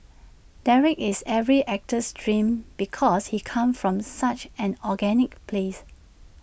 Derek is every actor's dream because he comes from such an organic place